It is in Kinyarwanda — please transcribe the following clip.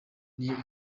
niyo